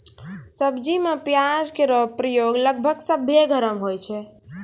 सब्जी में प्याज केरो प्रयोग लगभग सभ्भे घरो म होय छै